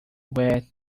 where